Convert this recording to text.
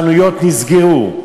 החנויות נסגרו,